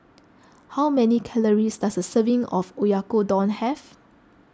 how many calories does a serving of Oyakodon have